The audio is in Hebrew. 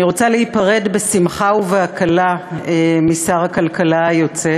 אני רוצה להיפרד בשמחה ובהקלה משר הכלכלה היוצא